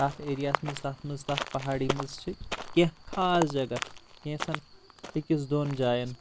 تتھ ایریاہس منٛز تتھ منٛز تتھ پہاڑی منٛز چھِ کینٛہہ خاص جگہ کینٛژَن أکِس دۄن جایَن